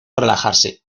relajarse